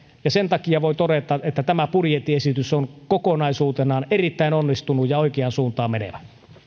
ja sen takia voi todeta että tämä budjettiesitys on kokonaisuutenaan erittäin onnistunut ja oikeaan suuntaan menevä